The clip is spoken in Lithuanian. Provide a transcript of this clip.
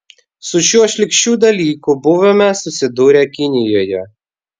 su šiuo šlykščiu dalyku buvome susidūrę kinijoje